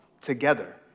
together